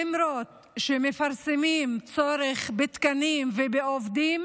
למרות שמפרסמים צורך בתקנים ובעובדים